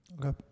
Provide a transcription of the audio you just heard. Okay